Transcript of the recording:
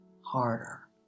harder